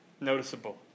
noticeable